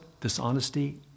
dishonesty